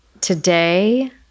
today